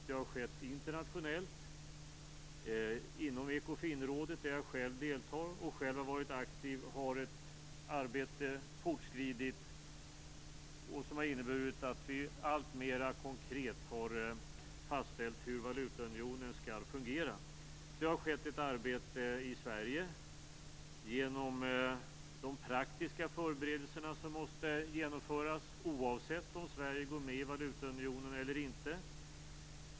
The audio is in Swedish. Det har skett internationellt inom Ekofinrådet, där jag själv deltar och själv har varit aktiv i arbetet som har inneburit att vi alltmer konkret har fastställt hur valutaunionen skall fungera. Det har skett ett arbete i Sverige genom de praktiska förberedelser som måste genomföras oavsett om Sverige går med i valutaunionen eller inte.